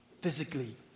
physically